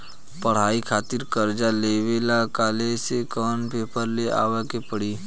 पढ़ाई खातिर कर्जा लेवे ला कॉलेज से कौन पेपर ले आवे के पड़ी?